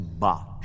March